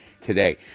today